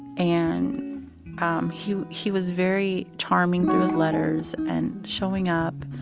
and um he he was very charming through his letters and showing up.